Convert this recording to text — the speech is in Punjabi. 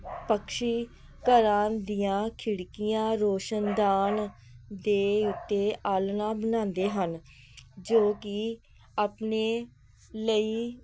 ਪਕਛੀ ਘਰਾਂ ਦੀਆਂ ਖਿੜਕੀਆਂ ਰੋਸ਼ਨਦਾਨ ਦੇ ਉੱਤੇ ਆਲ੍ਹਣਾ ਬਣਾਉਂਦੇ ਹਨ ਜੋ ਕਿ ਆਪਣੇ ਲਈ